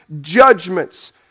judgments